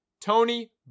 Tony